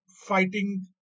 fighting